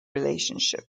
relationship